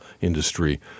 industry